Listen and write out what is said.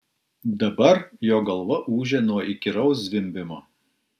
dabar jo galva ūžė nuo įkyraus zvimbimo